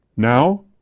Now